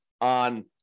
on